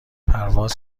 پرواز